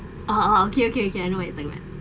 oh (uh huh) okay okay okay I know what you think man